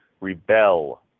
rebel